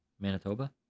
Manitoba